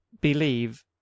believe